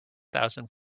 thousand